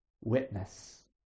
witness